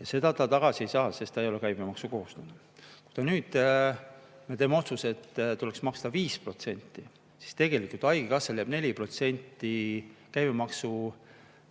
Ja seda ta tagasi ei saa, sest ta ei ole käibemaksukohuslane. Kui nüüd me teeme otsuse, et tuleks maksta 5%, siis tegelikult haigekassale jääb 4% käibemaksu